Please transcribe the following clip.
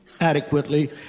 adequately